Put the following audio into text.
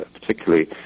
particularly